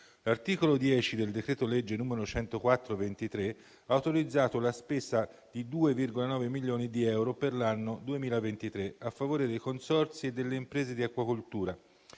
l'articolo 10 del decreto-legge n. 104 del 2023 ha autorizzato la spesa di 2,9 milioni di euro per l'anno 2023 a favore dei consorzi e delle imprese di acquacoltura